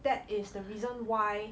that is the reason why